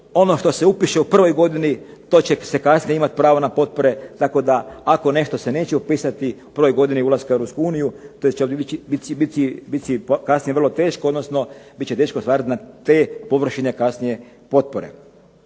ono što se upiše u prvoj godini to će se kasnije imat pravo na potpore tako da ako nešto se neće upisati broj godine i ulaska u Europsku uniju to će kasnije biti vrlo teško, odnosno bit će teško ostvarit na te površine kasnije potpore